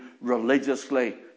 religiously